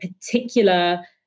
particular